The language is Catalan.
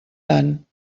tant